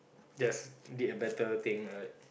just did a better thing right